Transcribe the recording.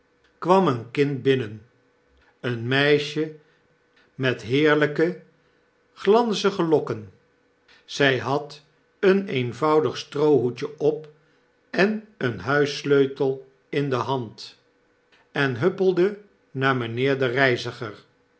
kwam een kind binnen een meisje met heerlyke glanzige lokken zy had een eenvoudig stroohoedje op en een huissleutel in de hand en huppelde naar mynheer den reiziger